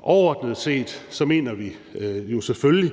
Overordnet set mener vi jo selvfølgelig,